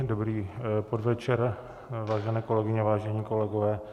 Dobrý podvečer, vážené kolegyně, vážení kolegové.